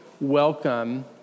welcome